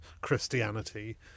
Christianity